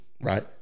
Right